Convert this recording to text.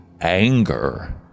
anger